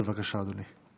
בבקשה, אדוני.